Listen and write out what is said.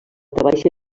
baixa